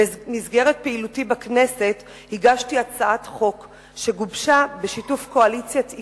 במסגרת פעילותי בכנסת הגשתי הצעת חוק שגובשה בשיתוף קואליציית "עיקר".